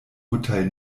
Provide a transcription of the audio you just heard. urteil